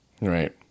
Right